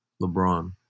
LeBron